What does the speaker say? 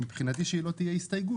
מבחינתי שהיא לא תהיה הסתייגות,